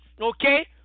Okay